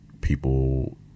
People